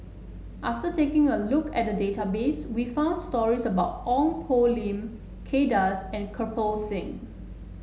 after taking a look at the database we found stories about Ong Poh Lim Kay Das and Kirpal Singh